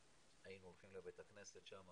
היינו הולכים לבית הכנסת שם,